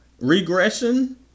regression